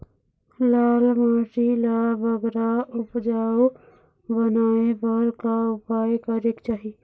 लाल माटी ला बगरा उपजाऊ बनाए बर का उपाय करेक चाही?